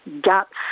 guts